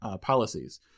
policies